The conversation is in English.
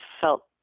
felt